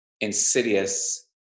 insidious